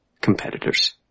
competitors